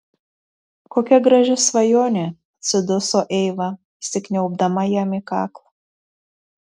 kokia graži svajonė atsiduso eiva įsikniaubdama jam į kaklą